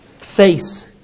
face